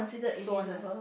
swan ah